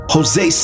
Jose